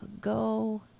go